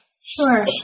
Sure